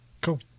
Cool